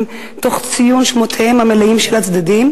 תוך ציון שמותיהם המלאים של הצדדים,